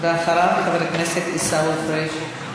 חבר הכנסת עיסאווי פריג'.